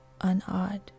unawed